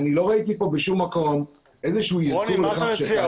בשום מקום לא ראיתי כאן איזשהו אזכור לכך שתהליך